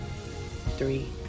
three